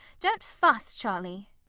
don't fuss, cholly.